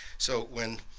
so when